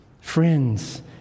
Friends